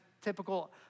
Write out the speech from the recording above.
typical